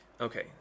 Okay